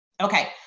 Okay